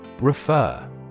Refer